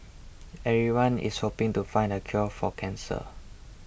everyone is hoping to find the cure for cancer